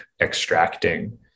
extracting